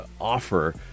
offer